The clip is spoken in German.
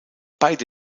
beide